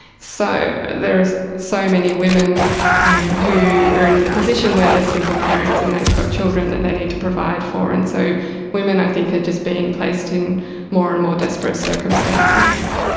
so there are so many women who are in the position where they are single parents and they've got children that they need to provide for, and so women i think are just being placed in more and more desperate circumstances.